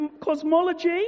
cosmology